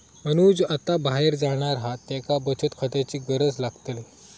अनुज आता बाहेर जाणार हा त्येका बचत खात्याची गरज लागतली